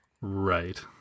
right